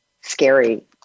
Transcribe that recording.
scary